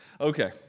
Okay